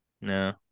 No